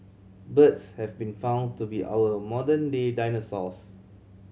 birds have been found to be our modern day dinosaurs